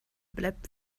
bleibt